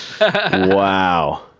Wow